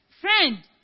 Friend